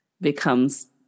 becomes